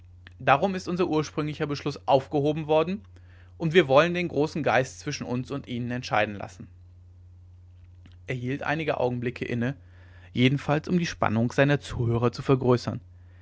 darum ist unser ursprünglicher beschluß aufgehoben worden und wir wollen den großen geist zwischen uns und ihnen entscheiden lassen er hielt einige augenblicke inne jedenfalls um die spannung seiner zuhörer zu vergrößern